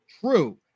True